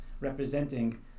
representing